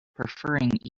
preferring